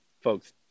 folks